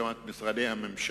כלומר את משרדי הממשלה,